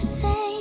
say